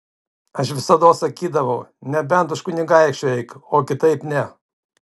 aš visados sakydavau nebent už kunigaikščio eik o kitaip ne